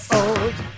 old